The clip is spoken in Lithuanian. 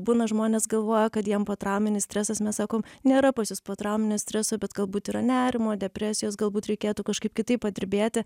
būna žmonės galvoja kad jiem potrauminis stresas mes sakom nėra pas jus potrauminio streso bet galbūt yra nerimo depresijos galbūt reikėtų kažkaip kitaip padirbėti